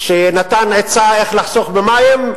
שנתן עצה איך לחסוך במים,